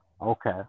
okay